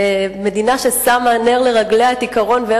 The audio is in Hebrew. ומדינה ששמה נר לרגליה את עקרון השוויון